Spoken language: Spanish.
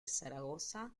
zaragoza